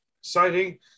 citing